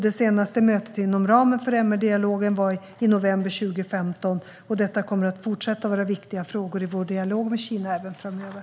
Det senaste mötet inom ramen för MR-dialogen var i november 2015. Detta kommer att fortsätta att vara viktiga frågor i vår dialog med Kina även framöver.